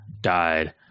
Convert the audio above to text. died